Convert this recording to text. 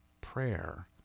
prayer